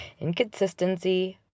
inconsistency